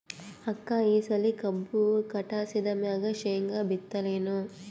ಅಕ್ಕ ಈ ಸಲಿ ಕಬ್ಬು ಕಟಾಸಿದ್ ಮ್ಯಾಗ, ಶೇಂಗಾ ಬಿತ್ತಲೇನು?